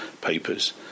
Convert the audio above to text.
papers